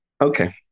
Okay